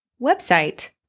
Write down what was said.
website